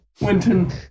Winton